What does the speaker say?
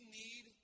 need